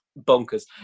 bonkers